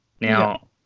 Now